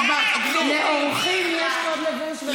לאורחים יש קוד לבוש.